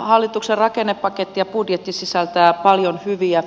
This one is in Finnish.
hallituksen rakennepaketti ja budjetti sisältävät paljon hyviä